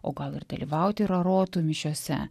o gal ir dalyvauti rarotų mišiose